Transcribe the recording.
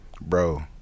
bro